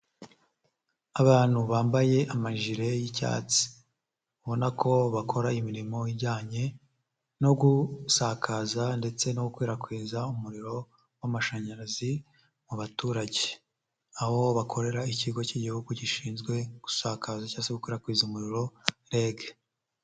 Abantu bambaye amajire y'icyatsi, ubona ko bakora imirimo ijyanye no gusakaza ndetse no gukwirakwiza umuriro w'amashanyarazi mu baturage, aho bakorera ikigo cy'Igihugu gishinzwe gusakaza cyangwa se gukwirakwiza umuriro REG.